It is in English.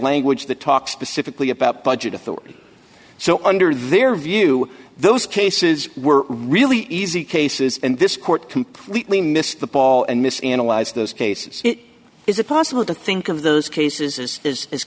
language that talks specifically about budget authority so under their view those cases were really easy cases and this court completely missed the ball and miss analyze those cases it is impossible to think of those cases as